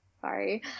Sorry